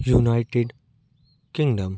United Kingdom